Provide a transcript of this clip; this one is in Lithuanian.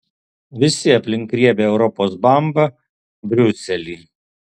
visi aplink riebią europos bambą briuselį